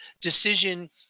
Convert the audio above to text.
decision